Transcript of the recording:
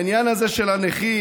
את העניין הזה של הנכים,